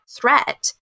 threat